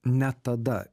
net tada